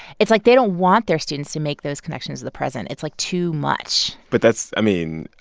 it's like they don't want their students to make those connections to the present. it's, like, too much but that's i mean,